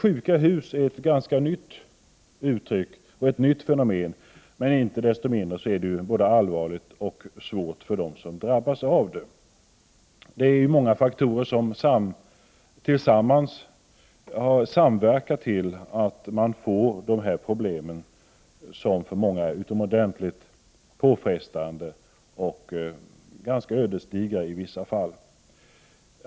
Sjuka hus är ett ganska nytt uttryck och ett nytt fenomen, men inte desto mindre är det både allvarligt och svårt för dem som drabbas av det. Det är många faktorer som samverkar till att man får problem, som för många är utomordentligt påfrestande och ganska ödesdigra i vissa fall.